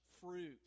fruit